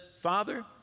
Father